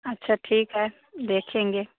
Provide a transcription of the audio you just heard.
अच्छा ठीक है देखेंगे